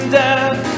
death